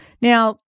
Now